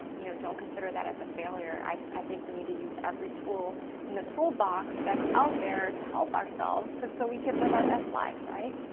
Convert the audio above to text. you know don't consider that as a failure. i think we need to use every tool in the tool box that's out there to help ourselves so we could live our best lives, right.